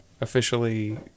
officially